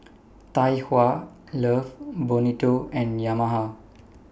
Tai Hua Love Bonito and Yamaha